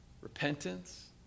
repentance